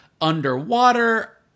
Underwater